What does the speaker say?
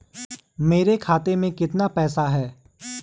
मेरे खाते में कितना पैसा है?